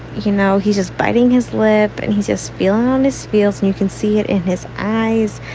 you know, he's just biting his lip and he just fell on his feels. and you can see it in his eyes.